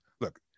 look